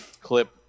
clip